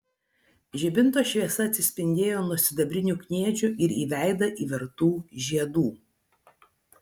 žibinto šviesa atsispindėjo nuo sidabrinių kniedžių ir į veidą įvertų žiedų